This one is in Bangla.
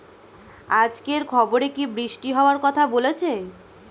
আজকের খবরে কি বৃষ্টি হওয়ায় কথা বলেছে?